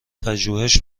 پژوهش